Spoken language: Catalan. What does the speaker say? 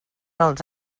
els